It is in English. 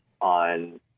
on